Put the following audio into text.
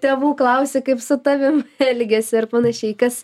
tėvų klausi kaip su tavim elgiasi ir panašiai kas